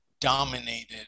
dominated